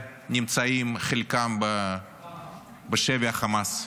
שחלקם עדיין נמצאים בשבי החמאס.